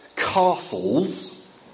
castles